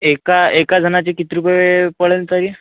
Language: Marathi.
एका एका जणाचे किती रुपये पडेल तरी